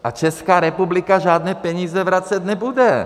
A Česká republika žádné peníze vracet nebude.